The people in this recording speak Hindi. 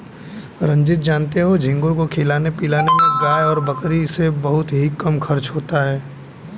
रंजीत जानते हो झींगुर को खिलाने पिलाने में गाय और बकरी से बहुत ही कम खर्च होता है